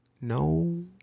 No